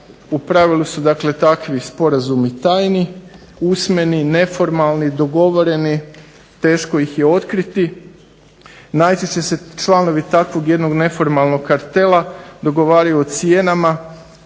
u pravilu su dakle takvi sporazumi tajni, usmeni, neformalni, dogovoreni, teško ih je otkriti. Najčešće se članovi takvog jednog neformalnog kartela dogovaraju o cijenama,